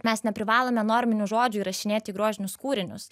mes neprivalome norminių žodžių įrašinėti į grožinius kūrinius